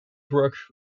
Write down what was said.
broke